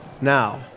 Now